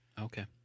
Okay